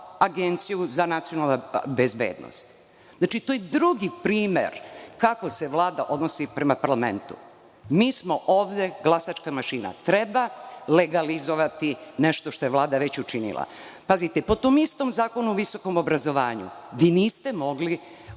Agenciju za nacionalnu bezbednost. To je drugi primer kako se Vlada odnosi prema parlamentu. Mi smo ovde glasačka mašina. Treba legalizovati nešto što je Vlada već učinila. Pazite, po tom istom Zakonu o visokom obrazovanju vi niste mogli